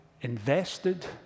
invested